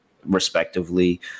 respectively